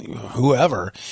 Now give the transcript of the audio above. whoever